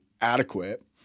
adequate